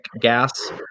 gas